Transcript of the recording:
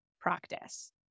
practice